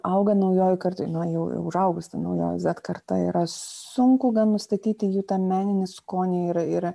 auga naujoji karta nu jau užaugusi naujoji karta yra sunku nustatyti jų tą meninį skonį ir ir